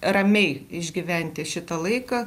ramiai išgyventi šitą laiką